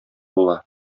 була